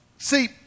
See